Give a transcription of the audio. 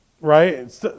right